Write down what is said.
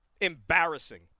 Embarrassing